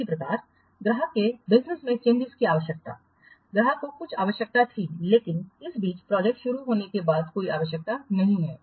इसी प्रकार ग्राहक के बिजनेस में चेंजिंग की आवश्यकता ग्राहक को कुछ आवश्यकता थी लेकिन इस बीच प्रोजेक्ट शुरूहोने के बाद कोई आवश्यकता नहीं है